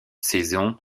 saison